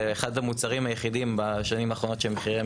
אחד המוצרים היחידים בשנים האחרונות שמחיריהם